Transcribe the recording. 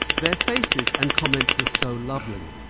their faces and comments were so lovely.